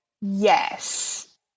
Yes